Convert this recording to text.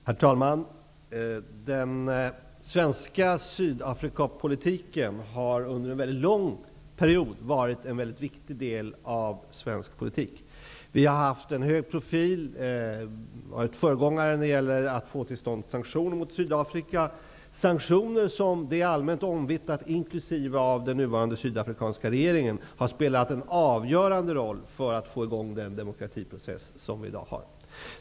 Herr talman! Den svenska Sydafrikapolitiken har under en mycket lång period varit en viktig del av svensk politik. Vi har haft en hög profil. Vi har varit föregångare när det gäller att få till stånd sanktioner mot Sydafrika, sanktioner som -- det är allmänt omvittnat, också av den nuvarande sydafrikanska regeringen -- har spelat en avgörande roll för att få i gång den demokratiprocess som i dag förekommer.